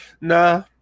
nah